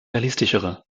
realistischere